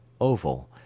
oval